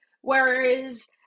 Whereas